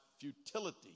futility